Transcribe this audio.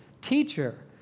teacher